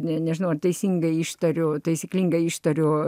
nė nežinau ar teisingai ištariau taisyklingai ištariu